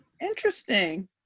Interesting